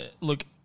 look